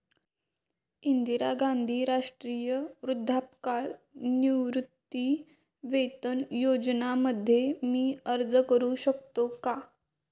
इंदिरा गांधी राष्ट्रीय वृद्धापकाळ निवृत्तीवेतन योजना मध्ये मी अर्ज का करू शकतो का?